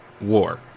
war